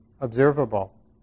observable